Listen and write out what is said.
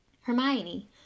Hermione